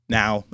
now